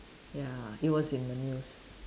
ya it was in the news